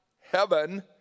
heaven